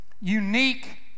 unique